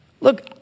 look